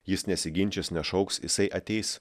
jis nesiginčys nešauks jisai ateis